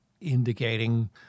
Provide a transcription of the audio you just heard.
indicating